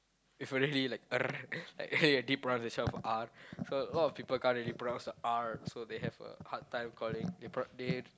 if really like like deep pronounciation of R so a lot of people can't really pronounce the R so they have a hard time calling they pro~ they